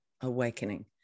awakening